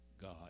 God